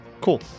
cool